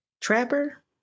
Trapper